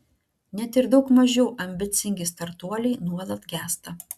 net ir daug mažiau ambicingi startuoliai nuolat gęsta